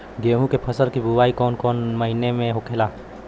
गेहूँ के फसल की बुवाई कौन हैं महीना में होखेला?